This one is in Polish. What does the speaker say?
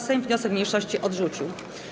Sejm wniosek mniejszości odrzucił.